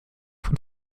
von